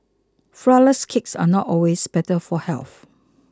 Flourless Cakes are not always better for health